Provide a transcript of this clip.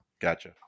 Gotcha